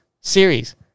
series